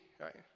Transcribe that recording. right